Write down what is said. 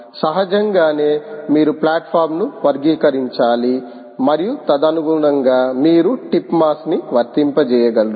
సహజంగానే మీరు ప్లాట్ఫామ్ను వర్గీకరించాలి మరియు తదనుగుణంగా మీరు టిప్ మాస్ని వర్తింపజేయగలరు